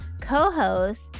co-host